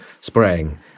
spraying